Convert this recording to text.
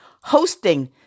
hosting